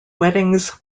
weddings